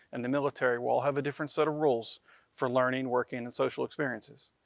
and the military will have a different set of rules for learning, working, and social experiences.